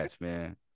man